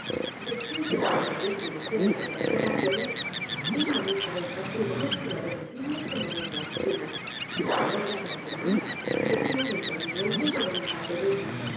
después de prolongadísima serie de transformaciones un mamífero tan primoroso y apetecible como doña agustina dotado además de claro entendimiento y de voluntad benigna